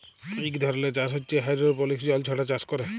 ইক ধরলের চাষ হছে হাইডোরোপলিক্স জল ছাড়া চাষ ক্যরে